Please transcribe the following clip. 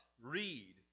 read